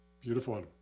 Beautiful